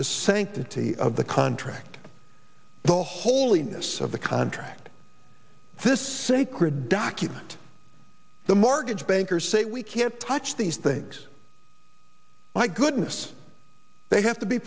the sanctity of the contract the holiness of the contract this sacred document the markets bankers say we can't touch these things my goodness they have to be